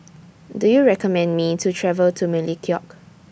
Do YOU recommend Me to travel to Melekeok